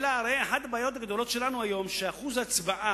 הרי אחת הבעיות הגדולות שלנו היום היא ששיעור ההצבעה